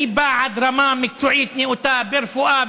אני בעד רמה מקצועית נאותה ברפואה,